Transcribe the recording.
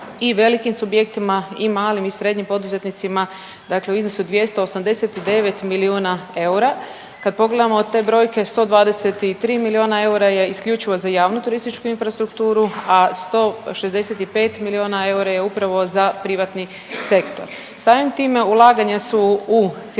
i velikim subjektima i malim i srednjim poduzetnicima, dakle u iznosu od 289 milijuna eura. Kad pogledamo od te brojke, 123 milijuna eura je isključivo za javnu turističku infrastrukturu, a 165 milijuna eura je upravo za privatni sektor. Samim time ulaganja su u cjelogodišnji